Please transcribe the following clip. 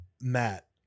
Matt